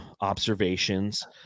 observations